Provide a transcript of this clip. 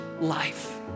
life